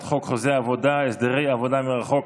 חוק חוזה העבודה (הסדרי עבודה מרחוק),